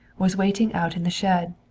was waiting out in the shed.